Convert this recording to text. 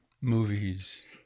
movies